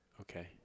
Okay